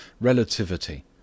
Relativity